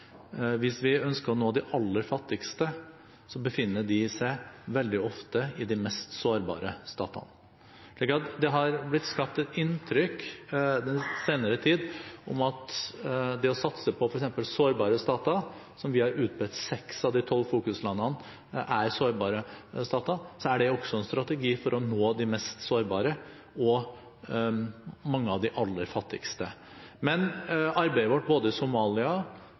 hvis vi ønsker å nå de aller fattigste – befinner de seg veldig ofte i de mest sårbare statene. Så det har blitt skapt et inntrykk den senere tid av at det å satse på f.eks. sårbare stater, som vi har gjort – seks av de tolv fokuslandene er sårbare stater – også er en strategi for å nå de mest sårbare og mange av de aller fattigste, men arbeidet vårt både i Somalia,